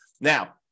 now